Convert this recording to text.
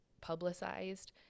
publicized